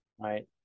Right